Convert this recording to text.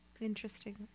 Interesting